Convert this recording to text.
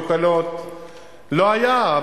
לא היה,